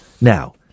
Now